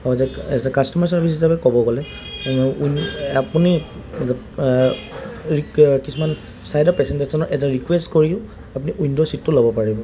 as a customer service হিচাপে ক'ব গ'লে আপুনি কিছুমান চাইডৰ পেচেঞ্জাৰজনক এটা ৰিকুৱেষ্ট কৰিও আপুনি উইণ্ড' ছিটটো ল'ব পাৰিব